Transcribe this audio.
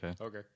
Okay